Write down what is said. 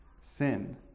sin